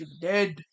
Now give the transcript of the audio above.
dead